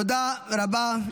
תודה רבה.